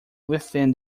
within